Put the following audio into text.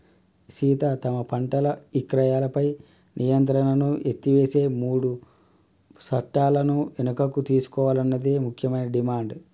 సీత తమ పంటల ఇక్రయాలపై నియంత్రణను ఎత్తివేసే మూడు సట్టాలను వెనుకకు తీసుకోవాలన్నది ముఖ్యమైన డిమాండ్